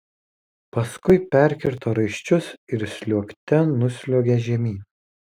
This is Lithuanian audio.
paskui perkirto raiščius ir sliuogte nusliuogė žemyn